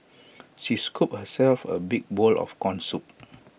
she scooped herself A big bowl of Corn Soup